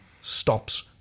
stops